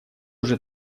уже